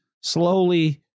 slowly